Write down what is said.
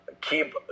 keep